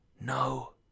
No